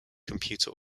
computer